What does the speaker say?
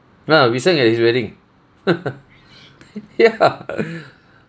ah we sang at his wedding ya